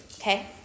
okay